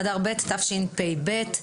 היום ה-21 במרס 2022 למניינם, י"ח באדר ב' התשפ"ב.